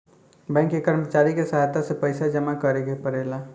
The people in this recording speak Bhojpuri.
बैंक के कर्मचारी के सहायता से पइसा जामा करेके पड़ेला